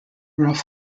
rough